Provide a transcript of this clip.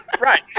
right